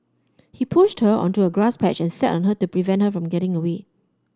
he pushed her onto a grass patch and sat on her to prevent her from getting away